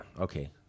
okay